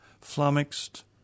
flummoxed